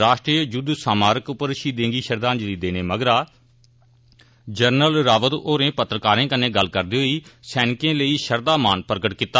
राश्ट्रीय युद्ध स्मारक पर शहीदें गी श्रद्धांजलि देने मगरा जनरल रावत होरें पत्रकारें कन्नै गल्ल करदे होई सैनिकें लेई श्रृद्धा मान प्रगट कीता